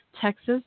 Texas